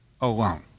alone